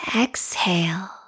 exhale